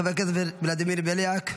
חבר הכנסת ולדימיר בליאק,